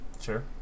Sure